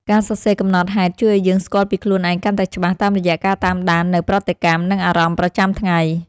ការសរសេរកំណត់ហេតុជួយឱ្យយើងស្គាល់ពីខ្លួនឯងកាន់តែច្បាស់ តាមរយៈការតាមដាននូវប្រតិកម្ម និងអារម្មណ៍ប្រចាំថ្ងៃ។